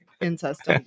incest